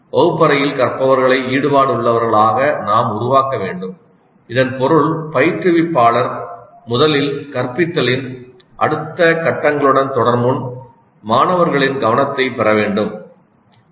வகுப்பறையில் கற்பவர்களை ஈடுபாடுள்ளவர்களாக நாம் உருவாக்க வேண்டும் இதன் பொருள் பயிற்றுவிப்பாளர் முதலில் கற்பித்தலின் அடுத்த கட்டங்களுடன் தொடரும்முன் மாணவர்களின் கவனத்தைப் பெற வேண்டும் இது ஊக்கக் கதைகள் எடுத்துக்காட்டுகள் நிகழ்வு ஆய்வுகள் உருவகப்படுத்துதல்கள் மூலம் பெறலாம் அனைத்தும் சாத்தியமாகும்